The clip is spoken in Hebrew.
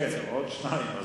כן, עוד שניים.